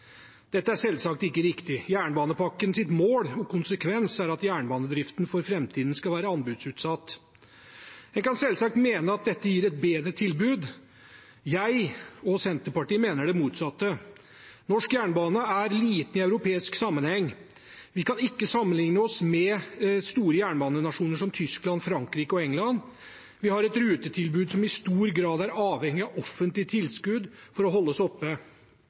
Dette er selvsagt ikke riktig. Jernbanepakkens mål og konsekvens er at jernbanedriften for framtiden skal være anbudsutsatt. En kan selvsagt mene at dette gir et bedre tilbud. Jeg og Senterpartiet mener det motsatte. Norsk jernbane er liten i europeisk sammenheng. Vi kan ikke sammenlikne oss med store jernbanenasjoner som Tyskland, Frankrike og England. Vi har et rutetilbud som i stor grad er avhengig av offentlige tilskudd for å holdes oppe.